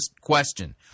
question